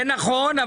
זה נכון.